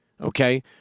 okay